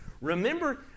Remember